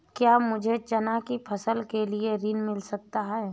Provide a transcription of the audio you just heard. क्या मुझे चना की फसल के लिए ऋण मिल सकता है?